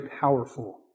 powerful